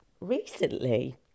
recently